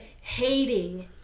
hating